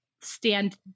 stand